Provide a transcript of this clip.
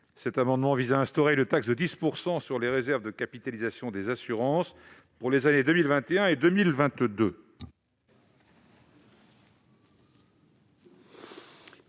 amendement vise à instaurer une taxe de 10 % sur les réserves de capitalisation des assurances pour les années 2021 et 2022.